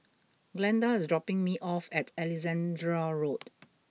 Glenda is dropping me off at Alexandra Road